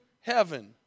heaven